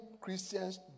Christians